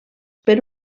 per